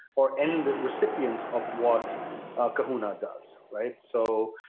or any of the recipients of what kahuna does, right? so,